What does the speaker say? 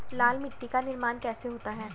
लाल मिट्टी का निर्माण कैसे होता है?